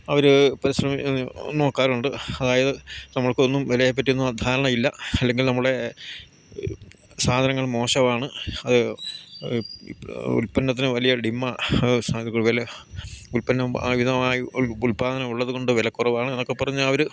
അവർ നോക്കാറുണ്ട് അതായത് നമ്മൾക്കൊന്നും വിലയെ പറ്റിയൊന്നും ധാരണ ഇല്ല അല്ലെങ്കിൽ നമ്മളെ സാധനങ്ങൾ മോശമാണ് അത് ഉൽപ്പന്നത്തിന് വലിയ ഡിമ്മാ വില ഉൽപ്പന്നം അമിതമായി ഉൽപാദനം ഉള്ളത് കൊണ്ട് വിലക്കുറവാണ് അതൊക്കെ പറഞ്ഞ് അവർ